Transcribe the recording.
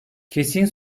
kesin